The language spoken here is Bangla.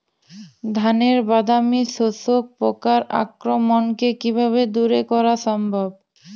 ধানের বাদামি শোষক পোকার আক্রমণকে কিভাবে দূরে করা সম্ভব?